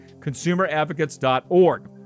consumeradvocates.org